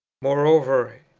moreover,